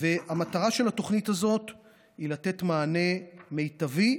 והמטרה של התוכנית הזאת היא לתת מענה מיטבי,